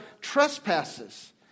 trespasses